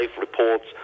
reports